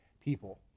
people